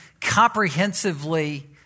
comprehensively